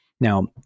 Now